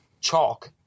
chalk